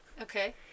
okay